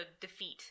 defeat